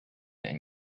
and